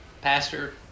Pastor